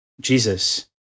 Jesus